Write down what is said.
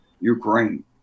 Ukraine